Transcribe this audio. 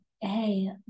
hey